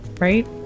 right